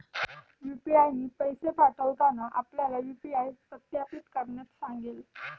UPI ने पैसे पाठवताना आपल्याला यू.पी.आय सत्यापित करण्यास सांगेल